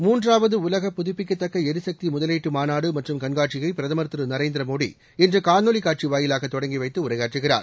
மூன்றாவது உலக புதுப்பிக்கத்தக்க ளிசக்தி முதலீட்டு மாநாடு மற்றும் கண்காட்சியை பிரதமர் திரு நரேந்திர மோடி இன்று காணொலி காட்சி வாயிலாக தொடங்கிவைத்து உரையாற்றுகிறார்